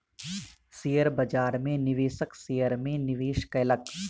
share बाजार में निवेशक शेयर में निवेश कयलक